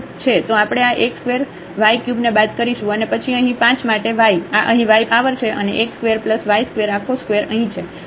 તો આપણે આ x ² y ³ ને બાદ કરીશું અને પછી અહીં 5 માટે y આ અહીં y પાવર છે અને x ² y ² આખો ² અહીં છે